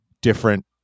different